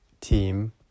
team